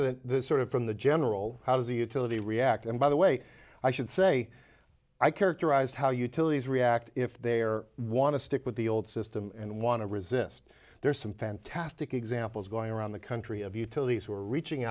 to sort of from the general how does the utility react and by the way i should say i characterize how utilities react if there want to stick with the old system and want to resist there are some fantastic examples going around the country of utilities who are reaching